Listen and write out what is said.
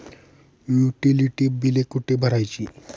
Utility बिले कुठे भरायची?